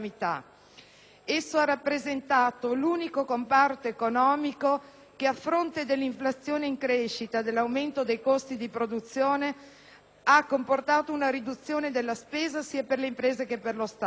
è infatti l'unico comparto economico che, a fronte dell'inflazione in crescita e dell'aumento dei costi di produzione, ha comportato una riduzione della spesa sia per le imprese che per lo Stato.